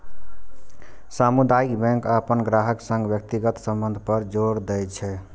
सामुदायिक बैंक अपन ग्राहकक संग व्यक्तिगत संबंध पर जोर दै छै